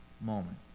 moment